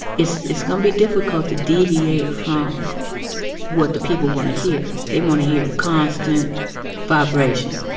it's it's going to be difficult to deviate from what the people want to hear. they want to hear constant vibration,